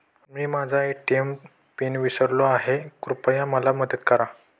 मी माझा ATM PIN विसरलो आहे, कृपया मला मदत करा